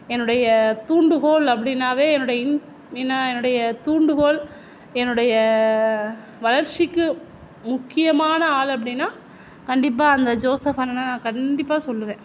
என்னுடைய துாண்டு கோல் அப்படின்னாவே என்னுடைய துாண்டு கோல் என்னுடைய வளர்ச்சிக்கு முக்கியமான ஆள் அப்படின்னா கண்டிப்பாக அந்த ஜோசப் அண்ணன கண்டிப்பாக சொல்லுவேன்